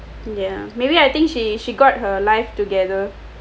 ya maybe I think she she got her life together